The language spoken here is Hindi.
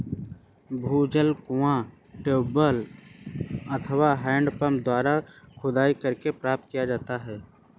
भूजल कुओं, ट्यूबवैल अथवा हैंडपम्पों द्वारा खुदाई करके प्राप्त किया जाता है